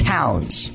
Towns